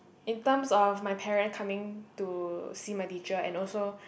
in terms of my parent coming to see my teacher and also